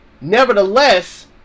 Nevertheless